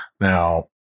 Now